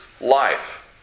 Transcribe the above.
life